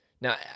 Now